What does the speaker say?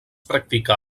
practica